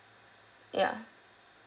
ya